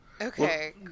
Okay